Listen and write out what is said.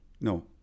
no